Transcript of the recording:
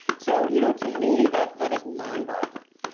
so you know to me, that that is mind boggling.